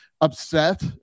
upset